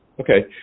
Okay